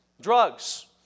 drugs